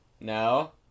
No